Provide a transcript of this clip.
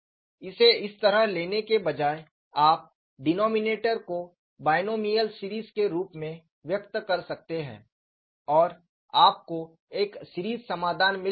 इसे इस तरह लेने के बजाय आप डिनोमिनेटर को बाएनोमिअल सीरीज के रूप में व्यक्त कर सकते हैं और आपको एक सीरीज समाधान मिल रहा है